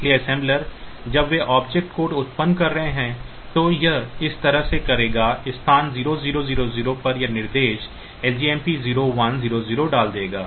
इसलिए assembler जब वे ऑब्जेक्ट कोड उत्पन्न कर रहे हैं तो यह इस तरह से करेगा स्थान 0 0 0 0 पर यह निर्देश लजमप 0100 डाल देगा